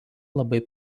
labai